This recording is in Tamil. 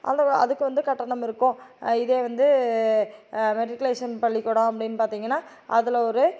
அது அதுக்கு வந்து கட்டணம் இருக்கும் இதே வந்து மெட்ரிகுலேஷன் பள்ளிக்கூடம் அப்படின்னு பார்த்தீங்கன்னா அதில் ஒரு